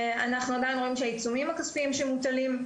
אנחנו עדיין רואים שהעיצומים הכספיים שמוטלים הם